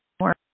more